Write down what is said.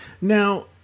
Now